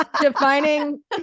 defining